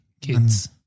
kids